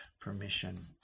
permission